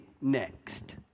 next